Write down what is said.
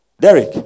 Derek